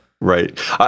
Right